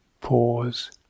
pause